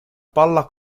palla